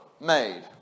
made